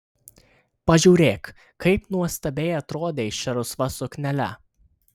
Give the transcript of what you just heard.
pažiūrėk kaip nuostabiai atrodei šia rusva suknele